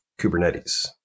kubernetes